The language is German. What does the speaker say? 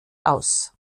aus